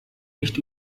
nicht